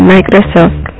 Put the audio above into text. Microsoft